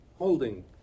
holding